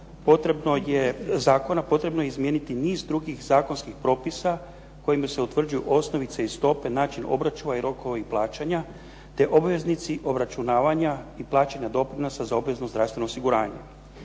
potrebno je izmijeniti niz drugih zakonskih propisa kojima se utvrđuju osnovice i stope, način obračuna i rokovi plaćanja te obveznici obračunavanja i plaćeni doprinosi za obvezno zdravstveno osiguranje.